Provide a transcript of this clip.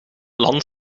land